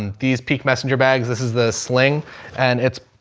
and these peak messenger bags. this is the sling and it's,